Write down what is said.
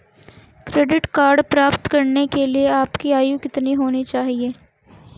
Credit card प्राप्त करने के लिए आपकी आयु कितनी होनी चाहिए?